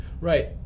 Right